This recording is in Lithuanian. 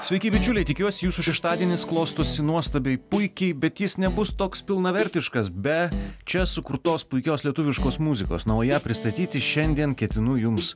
sveiki bičiuliai tikiuosi jūsų šeštadienis klostosi nuostabiai puikiai bet jis nebus toks pilnavertiškas be čia sukurtos puikios lietuviškos muzikos na o ją pristatyti šiandien ketinu jums